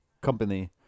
company